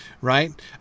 right